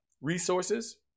resources